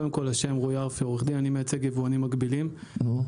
או בעוד